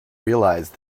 realise